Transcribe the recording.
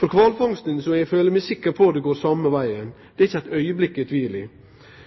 For kvalfangsten føler eg meg sikker på at det går same vegen. Det er eg ikkje ein augneblink i tvil om. Men også sjøpattedyra, selen spesielt, beskattar òg eit